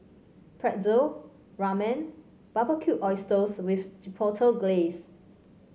Pretzel Ramen Barbecued Oysters with Chipotle Glaze